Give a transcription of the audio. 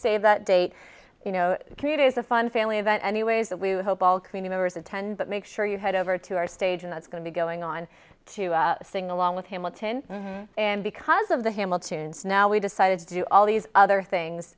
stay that date you know commute is a fun family event anyways and we hope all cleaning members attend but make sure you head over to our stage and that's going to be going on to sing along with him alton and because of the hamill tunes now we decided to do all these other things